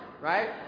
right